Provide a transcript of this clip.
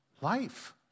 Life